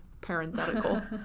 parenthetical